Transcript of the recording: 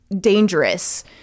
dangerous